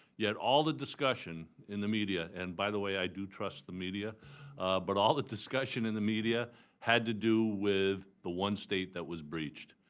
yet all the discussion in the media and, by the way, i do trust the media but all the discussion in the media had to do with the one state that was breached.